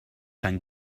can